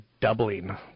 doubling